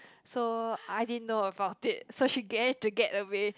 so I didn't know about it so she managed to get away